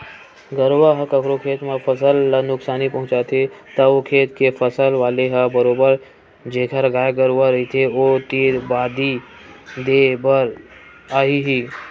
गरुवा ह कखरो खेत के फसल ल नुकसानी पहुँचाही त ओ खेत के फसल वाले ह बरोबर जेखर गाय गरुवा रहिथे ओ तीर बदी देय बर आही ही